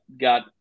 got